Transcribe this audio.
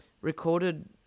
recorded